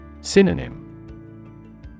Synonym